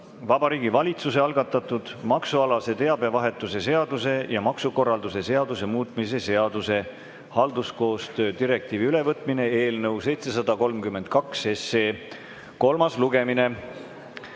Vabariigi Valitsuse algatatud maksualase teabevahetuse seaduse ja maksukorralduse seaduse muutmise seaduse (halduskoostöö direktiivi ülevõtmine) eelnõu 732 kolmas lugemine.